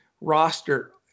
roster